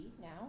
now